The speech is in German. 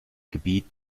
gebiet